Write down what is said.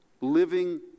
living